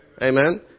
Amen